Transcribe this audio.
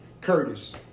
Curtis